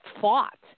fought